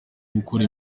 gukora